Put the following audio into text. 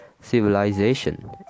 civilization